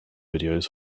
videos